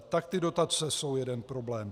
Tak ty dotace jsou jeden problém.